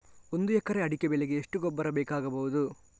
ಒಂದು ಎಕರೆ ಅಡಿಕೆ ಬೆಳೆಗೆ ಎಷ್ಟು ಗೊಬ್ಬರ ಬೇಕಾಗಬಹುದು?